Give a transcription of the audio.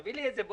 תביא לי את זה.